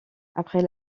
après